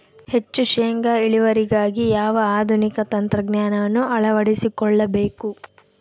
ಹೆಚ್ಚು ಶೇಂಗಾ ಇಳುವರಿಗಾಗಿ ಯಾವ ಆಧುನಿಕ ತಂತ್ರಜ್ಞಾನವನ್ನು ಅಳವಡಿಸಿಕೊಳ್ಳಬೇಕು?